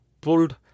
pulled